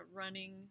running